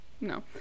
no